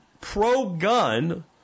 pro-gun